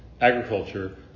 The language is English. agriculture